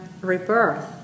rebirth